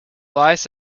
lies